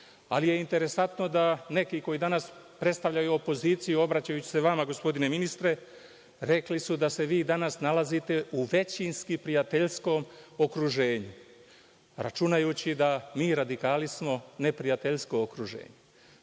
ali je interesantno da neki koji danas predstavljaju opoziciju obraćaju se vama, gospodine ministre, rekli su da se vi danas nalazite u većinski prijateljskom okruženju, računajući da mi radikali smo neprijateljsko okruženje.